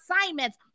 assignments